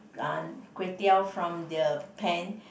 Kway-Teow from the pan